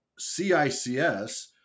CICS